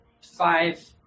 five